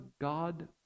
God